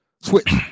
Switch